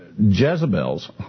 Jezebels